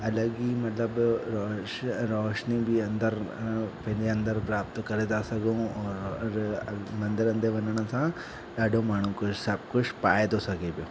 अलॻि ई मतिलब रोश रोशनी बि अंदरु पंहिंजे अंदरु प्राप्त करे था सघूं और मंदरनि ते वञण सां ॾाढो माण्हू खे सभु कुझु पाए थो सघे पियो